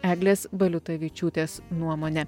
eglės baliutavičiūtės nuomonė